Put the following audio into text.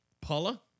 Paula